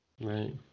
Right